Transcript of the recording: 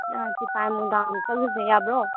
ꯇꯤꯄꯥꯏꯃꯨꯛ ꯗꯥꯝ ꯆꯠꯂꯨꯁꯦ ꯌꯥꯕ꯭ꯔꯣ